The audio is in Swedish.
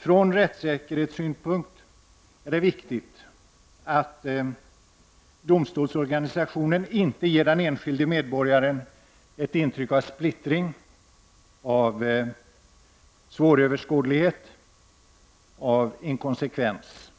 Från rättsäkerhetssynpunkt är det viktigt att domstolsorganisationen inte ger den enskilde medborgaren ett intryck av splittring, svåröverskådlighet och inkonsekvens.